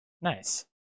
nice